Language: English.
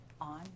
on